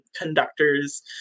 conductors